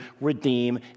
redeem